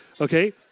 Okay